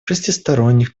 шестисторонних